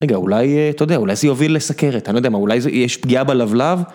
רגע, אולי, אתה יודע, אולי זה יוביל לסכרת, אני לא יודע מה, אולי יש פגיעה בלבלב.